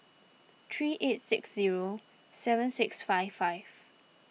three eight six zero seven six five five